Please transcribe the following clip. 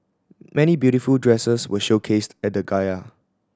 many beautiful dresses were showcased at the